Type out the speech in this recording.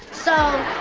so,